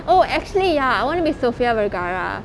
oh actually ya I want to be sophia vergara